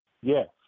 yes